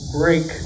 break